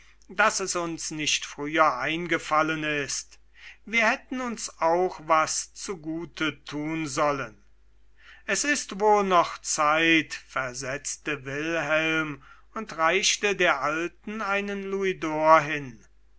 daß es uns nicht früher eingefallen ist wir hätten uns auch was zugute tun sollen es ist wohl noch zeit versetzte wilhelm und reichte der alten einen louisdor hin